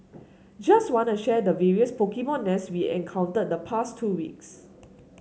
just wanna share the various Pokemon nests we encountered the past two weeks